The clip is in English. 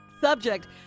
Subject